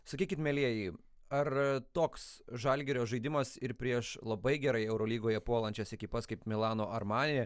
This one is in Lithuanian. sakykit mielieji ar toks žalgirio žaidimas ir prieš labai gerai eurolygoje puolančias ekipas kaip milano armani